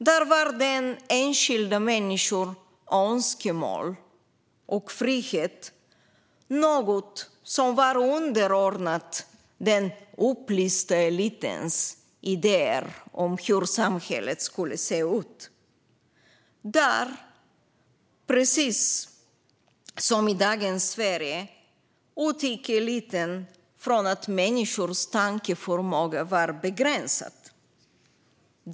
Där var den enskilda människans önskemål och frihet något som var underordnat den "upplysta elitens" idéer om hur samhället skulle se ut. Där, precis som i dagens Sverige, utgick eliten från att människors tankeförmåga var begränsad.